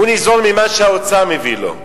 הוא ניזון ממה שהאוצר מביא לו.